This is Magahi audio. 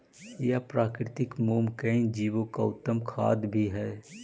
यह प्राकृतिक मोम कई जीवो का उत्तम खाद्य भी हई